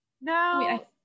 No